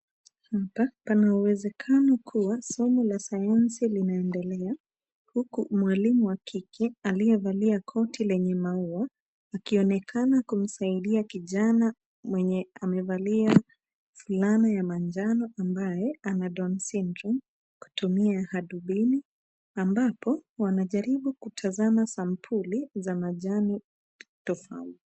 Hapa pana uwezekano kuwa somo la sayansi linaendelea, huku mwalimu wa kike aliyevalia koti lenye maua, akionekana kumsaidia kijana mwenye amevalia fulana ya manjano ambaye ana down syndrome kutumia hadubini, ambapo wanajaribu kutazama sampuli za majani tofauti.